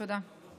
תודה.